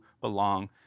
belong